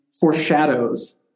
foreshadows